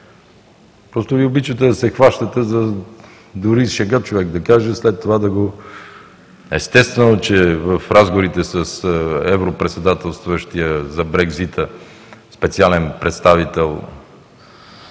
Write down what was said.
Просто Вие обичате да се хващате дори и шега човек да каже, след това да го ... Естествено, че в разговорите с европредседателстващия за Брекзита, специален представител,